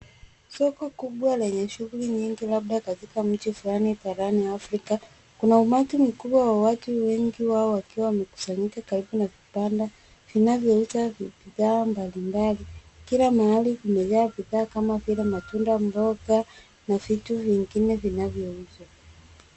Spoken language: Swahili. Soko kubwa lenye shughuli nyingi labda katika mji fulani barani Afrika. Kuna ummati mkubwa wa watu mwengi, wengi wao wakiwa wamekusanyika karibu na vibanda, vinavyouza bidhaa mbalimbali. Kila mahali kumejaa bidhaa kama vile matunda, mboga na vitu vingine vinavyouzwa.